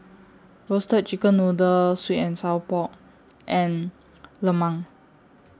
Roasted Chicken Noodle Sweet and Sour Pork and Lemang